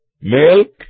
milk